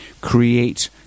Create